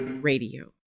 Radio